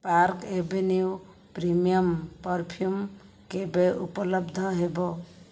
park Avenue premium perfume କେବେ ଉପଲବ୍ଧ ହେବ